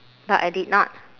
but I did not